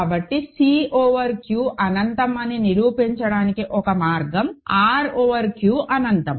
కాబట్టి C over Q అనంతం అని నిరూపించడానికి ఒక మార్గం R ఓవర్ Q అనంతం